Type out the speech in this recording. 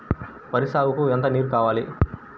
వరి సాగుకు ఎంత నీరు కావాలి?